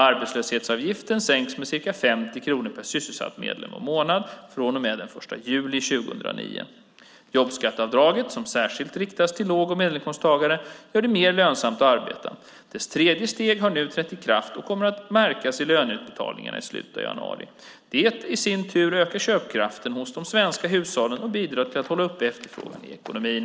Arbetslöshetsavgiften sänks med ca 50 kronor per sysselsatt medlem och månad från och med den 1 juli 2009. Jobbskatteavdraget, som särskilt riktas till låg och medelinkomsttagare, gör det mer lönsamt att arbeta. Dess tredje steg har nu trätt i kraft och kommer att märkas i löneutbetalningarna i slutet av januari. Det i sin tur ökar köpkraften hos de svenska hushållen och bidrar till att hålla uppe efterfrågan i ekonomin.